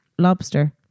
Lobster